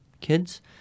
kids